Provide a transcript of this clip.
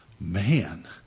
man